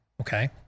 okay